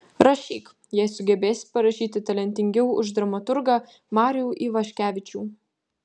rašyk jei sugebėsi parašyti talentingiau už dramaturgą marių ivaškevičių